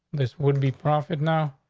this would be profit. now,